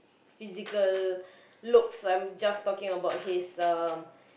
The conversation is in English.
physical looks I'm just talking about his um